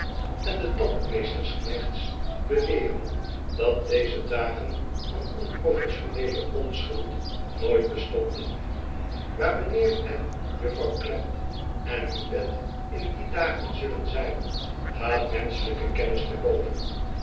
en de tandmeestersknechts beweren dat deze dagen van onprofessioneel o onschuld nooit bestonden waar meneer en juffrouw klem en hun bed in die dagen zullen zijn gaat inenschelijke kennis te boven